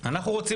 אני חושב